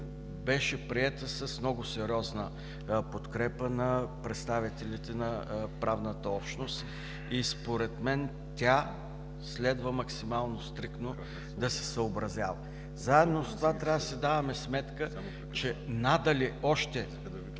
беше приета с много сериозна подкрепа на представителите на правната общност и според мен тя следва максимално стриктно да се съобразява. Заедно с това трябва да си даваме сметка, че надали още